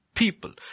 People